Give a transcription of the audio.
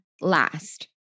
last